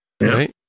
right